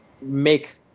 make